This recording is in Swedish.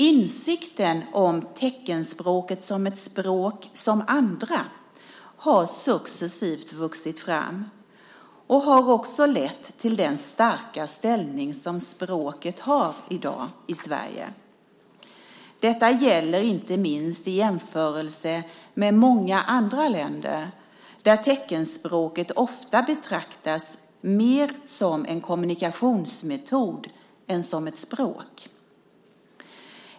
Insikten om teckenspråket som ett språk som andra har successivt vuxit fram och har också lett till den starka ställning som språket har i dag i Sverige. Detta gäller inte minst i jämförelse med många andra länder där teckenspråket ofta betraktas mer som en kommunikationsmetod än som ett språk.